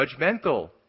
judgmental